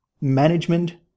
management